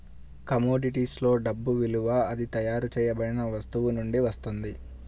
కమోడిటీస్లో డబ్బు విలువ అది తయారు చేయబడిన వస్తువు నుండి వస్తుంది